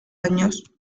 años